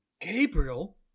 Gabriel